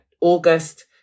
August